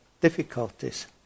difficulties